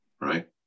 right